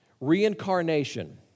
reincarnation